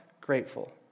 grateful